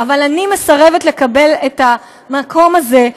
אבל אני מסרבת לקבל את המקום הזה,